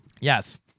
Yes